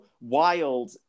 wild